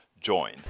join